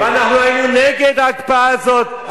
ואנחנו היינו נגד ההקפאה הזאת,